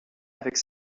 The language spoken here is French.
avec